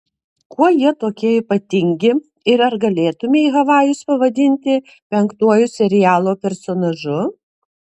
kuo jie tokie ypatingi ir ar galėtumei havajus pavadinti penktuoju serialo personažu